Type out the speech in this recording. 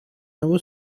нову